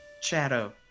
Shadow